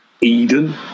Eden